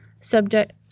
subject